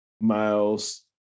Miles